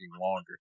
longer